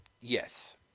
Yes